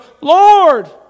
Lord